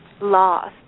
lost